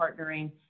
partnering